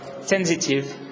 sensitive